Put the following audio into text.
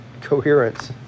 coherence